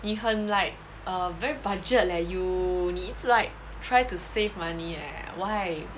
你很 like err very budget leh you need 你一直 like try to save money leh why